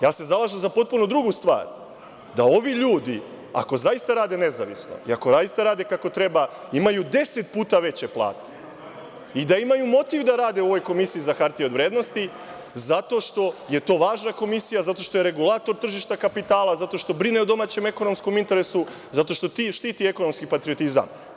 Ja se zalažem za potpuno drugu stvar da ovi ljudi, ako zaista rade nezavisno i ako zaista rade kako treba, imaju 10 puta veće plate i da imaju motiv da rade u ovoj Komisiji za hartije od vrednosti, zato što je to važna komisija, zato što je regulator tržišta kapitala, zato što brine o domaćem ekonomskom interesu, zato što štiti ekonomski patriotizam.